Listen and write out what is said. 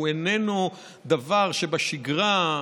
הוא איננו דבר שבשגרה,